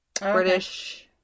British